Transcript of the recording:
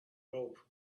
rope